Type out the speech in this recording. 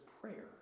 prayer